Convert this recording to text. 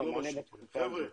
חבר'ה,